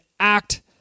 act